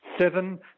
seven